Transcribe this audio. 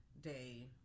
Day